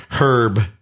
Herb